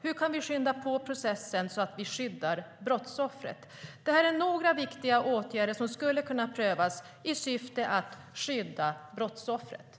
Hur kan vi skynda på processen så att vi skyddar brottsoffret?